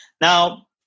Now